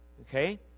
Okay